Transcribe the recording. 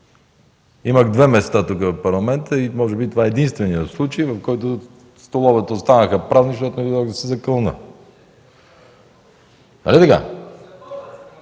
имах две места тук в Парламента и може би това е единственият случай, в който столовете останаха празни, защото не дойдох да се закълна,